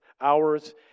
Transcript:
hours